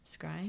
Scrying